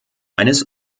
eines